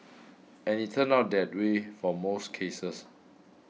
and it's turned out that way for most cases